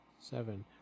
Seven